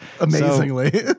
amazingly